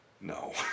No